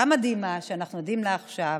המדהימה שאנחנו עדים לה עכשיו,